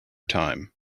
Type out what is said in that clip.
time